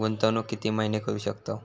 गुंतवणूक किती महिने करू शकतव?